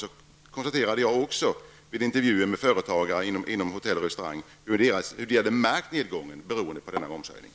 Jag konstaterade vid intervjuer med företagare inom hotell och restaurangbranschen att de hade märkt nedgången beroende på momshöjningen.